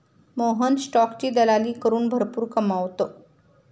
मोहन स्टॉकची दलाली करून भरपूर कमावतो